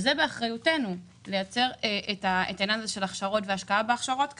זה באחריותנו, לייצר הכשרות והשקעה בהכשרות כאלה.